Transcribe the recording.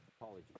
apology